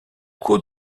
cours